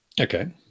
Okay